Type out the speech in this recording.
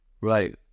Right